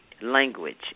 language